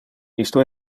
isto